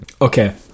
Okay